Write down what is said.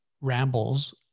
rambles